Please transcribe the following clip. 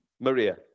Maria